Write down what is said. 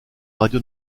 radio